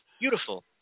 Beautiful